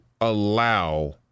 allow